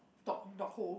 dog dog hole